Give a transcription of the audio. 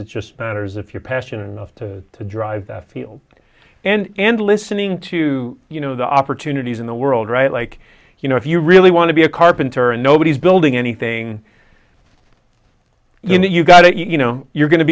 it just matters if you're passionate enough to drive that field and listening to you know the opportunities in the world right like you know if you really want to be a carpenter and nobody's building anything you know you've got you know you're going to